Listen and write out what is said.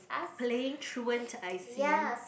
playing truants I see